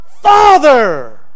father